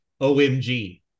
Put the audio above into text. OMG